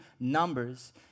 numbers